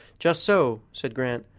just so, said grant.